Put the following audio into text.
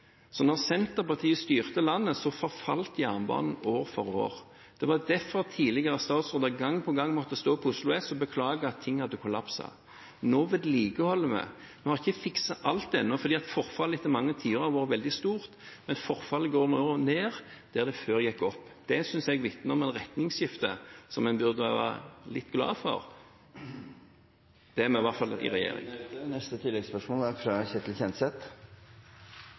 Senterpartiet styrte landet, forfalt jernbanen år for år. Det var derfor tidligere statsråder gang på gang måtte stå på Oslo S og beklage at ting hadde kollapset. Nå vedlikeholder vi. Vi har ikke fikset alt ennå, for forfallet etter mange tiår er veldig stort, men forfallet går nå ned der det før gikk opp. Det synes jeg vitner om et retningsskifte som en burde være litt glad for. Ketil Kjenseth – til oppfølgingsspørsmål. Regjeringa har fram til i